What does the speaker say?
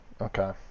okay